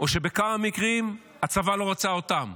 או שבכמה מקרים הצבא לא רצה אותם,